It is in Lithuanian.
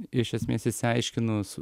iš esmės išsiaiškinus